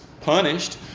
punished